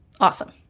Awesome